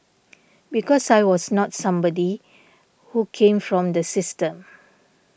because I was not somebody who came from the system